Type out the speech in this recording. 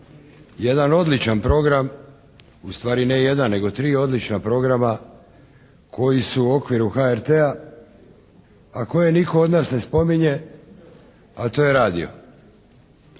jedan odličan program, ustvari ne jedan nego tri odlična programa koji su u okviru HRT-a, a koje nitko od nas ne spominje, a to je radio.